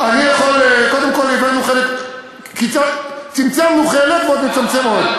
קודם כול, צמצמנו חלק, ועוד נצמצם עוד.